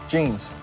Jeans